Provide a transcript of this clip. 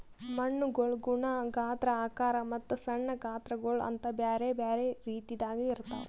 ಮಣ್ಣುಗೊಳ್ ಗುಣ, ಗಾತ್ರ, ಆಕಾರ ಮತ್ತ ಸಣ್ಣ ಗಾತ್ರಗೊಳ್ ಅಂತ್ ಬ್ಯಾರೆ ಬ್ಯಾರೆ ರೀತಿದಾಗ್ ಇರ್ತಾವ್